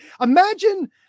Imagine